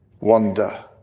wonder